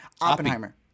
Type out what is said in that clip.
Oppenheimer